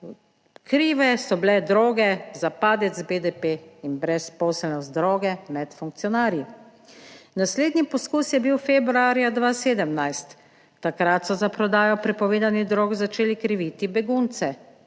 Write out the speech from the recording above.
krive so bile droge za padec BDP in brezposelnost droge med funkcionarji. Naslednji poskus je bil februarja 2017, takrat so za prodajo prepovedanih drog začeli kriviti begunce.